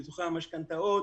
ביטוחי המשכנתאות